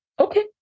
Okay